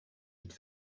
vite